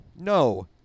no